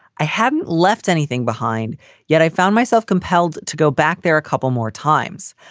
i hadn't left anything behind yet. i found myself compelled to go back there a couple more times.